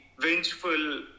vengeful